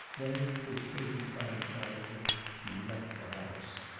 then, with katie crying quietly, she left the house.